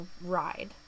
ride